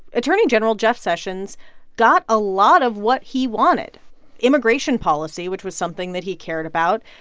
attorney general jeff sessions got a lot of what he wanted immigration policy, which was something that he cared about.